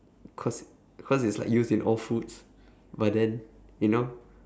cause cause it's like used in all foods but then you know